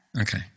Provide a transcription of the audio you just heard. Okay